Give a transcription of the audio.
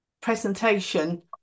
presentation